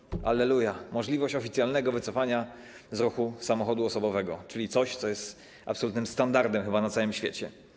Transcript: Wprowadzamy, alleluja, możliwość oficjalnego wycofania z ruchu samochodu osobowego, czyli coś, co jest absolutnym standardem chyba na całym świecie.